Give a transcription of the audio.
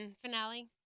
finale